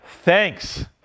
thanks